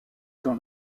dans